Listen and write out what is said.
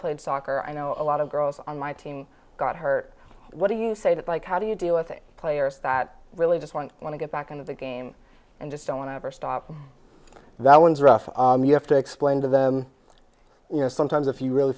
played soccer i know a lot of girls on my team got hurt what do you say that like how do you deal with a players that really just want to want to get back into the game and just don't want to ever stop that one's rough you have to explain to them you know sometimes if you really